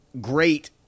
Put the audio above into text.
great